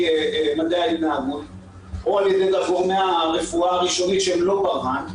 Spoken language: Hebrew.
מדעי ההתנהגות או על ידי גורמי הרפואה הראשונית שהם לא ברה"ן,